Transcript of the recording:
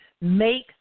Make